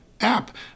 app